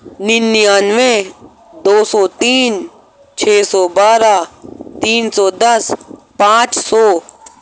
ننیانوے دو سو تین چھ سو بارہ تین سو دس پانچ سو